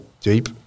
deep